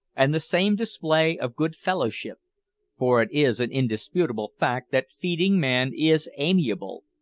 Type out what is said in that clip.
and the same display of good-fellowship for it is an indisputable fact that feeding man is amiable,